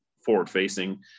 forward-facing